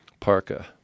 Parka